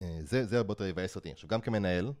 זה הרבה יותר יבאס אותי עכשיו גם כמנהל